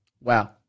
Wow